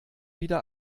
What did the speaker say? wieder